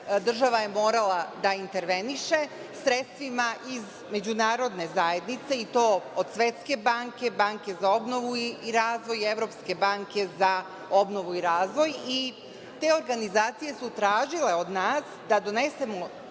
država morala da interveniše sredstvima iz međunarodne zajednice i to od Svetske banke, Banke za obnovu i razvoj i Evropske banke za obnovu i razvoj. Te organizacije su tražile od nas da donesemo